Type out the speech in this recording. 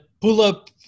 pull-up